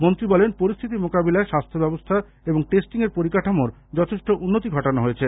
মন্ত্রী বলেন পরিস্থিতি মোকাবিলায় স্বাস্থ্যব্যবস্থা এবং টেস্টিং এর পরিকাঠামোর যথেষ্ট উন্নতি ঘটানো হয়েছে